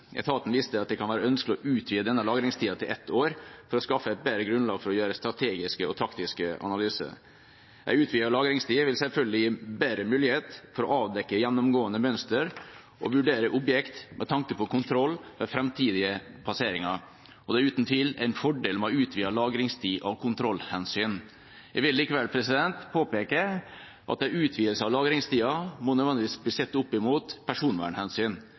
Etaten viser til at det kan være ønskelig å utvide denne lagringstida til ett år for å skaffe et bedre grunnlag for å gjøre strategiske og taktiske analyser. En utvidet lagringstid vil selvfølgelig gi bedre mulighet for å avdekke gjennomgående mønster og vurdere objekt med tanke på kontroll ved framtidige passeringer. Det er uten tvil en fordel med utvidet lagringstid av kontrollhensyn. Jeg vil likevel påpeke at en utvidelse av lagringstida må nødvendigvis bli sett opp imot personvernhensyn,